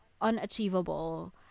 unachievable